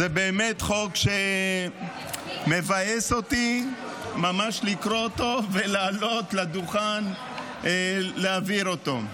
זה באמת חוק שמבאס אותי ממש לקרוא אותו ולעלות לדוכן להעביר אותו.